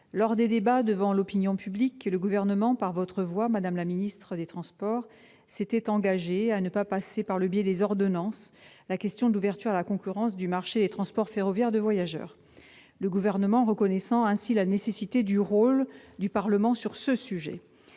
Lors des débats devant l'opinion publique, le Gouvernement, par votre voix, madame la ministre chargée des transports, s'était engagé à ne pas passer par le biais des ordonnances sur la question de l'ouverture à la concurrence du marché des transports ferroviaires de voyageurs. Il reconnaissait ainsi la nécessité du rôle du Parlement sur ce sujet.